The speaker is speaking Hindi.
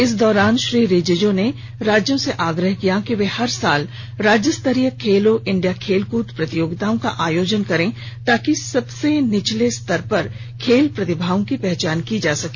इस दौरान श्री रिजिजू ने राज्यों से आग्रह किया कि वे हर साल राज्यस्तरीय खेलो इंडिया खेल कूद प्रतियोगिताओं का आयोजन करें ताकि सबसे निचले स्तर पर खेल प्रतिभाओं की पहचान की जा सके